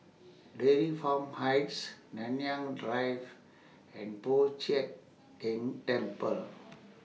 Dairy Farm Heights Nanyang Drive and Po Chiak Keng Temple